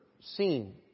seen